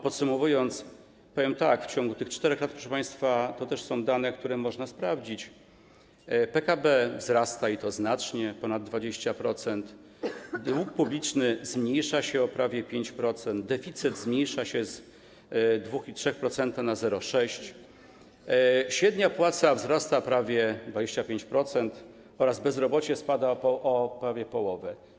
Podsumowując, powiem tak: w ciągu tych 4 lat - proszę państwa, to też są dane, które można sprawdzić - PKB wzrasta, i to znacznie, o ponad 20%, dług publiczny zmniejsza się o prawie 5%, deficyt zmniejsza się z 2,3% do 0,6%, średnia płaca wzrasta prawie o 25%, a bezrobocie spada o prawie połowę.